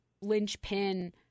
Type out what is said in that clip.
linchpin